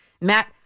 Matt